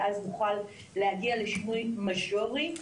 ואז נוכל להגיע לשינוי משמעותי.